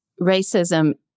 racism